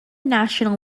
national